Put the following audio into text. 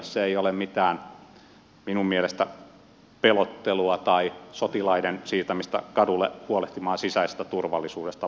se ei ole minun mielestäni mitään pelottelua tai sotilaiden siirtämistä kadulle huolehtimaan sisäisestä turvallisuudesta vaan se on nykypäivää